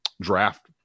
draft